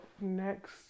next